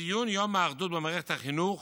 ציון יום האחדות במערכת החינוך